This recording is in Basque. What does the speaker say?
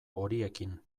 horiekin